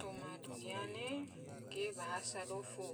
Toma dunya ne ge bahasa dofu,